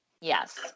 Yes